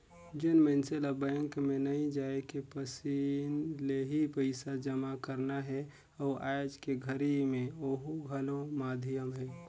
जेन मइनसे ल बैंक मे नइ जायके मसीन ले ही पइसा जमा करना हे अउ आयज के घरी मे ओहू घलो माधियम हे